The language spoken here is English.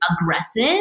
aggressive